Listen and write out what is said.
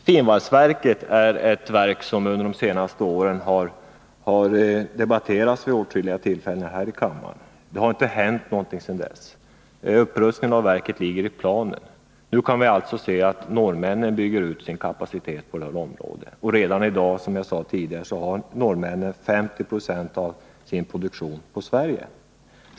Finvalsverket är ett verk som under de senaste åren har debatterats vid åtskilliga tillfällen här i kammaren, men det har inte hänt någonting med det sedan dess. Upprustningen av verket ligger således kvar i planen. Nu kan man se att norrmännen bygger ut sin kapacitet på det området. Redan i dag har norrmännen, som jag sade, 50 20 av sin produktion inriktad på Sverige.